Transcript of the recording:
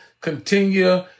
continue